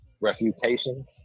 Refutation